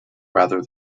rather